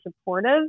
supportive